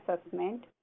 assessment